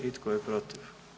I tko je protiv?